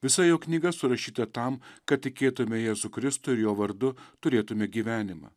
visa jo knyga surašyta tam kad tikėtume jėzų kristų ir jo vardu turėtume gyvenimą